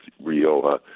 Rioja